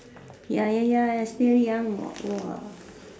ya ya ya still young what !wah!